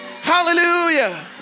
Hallelujah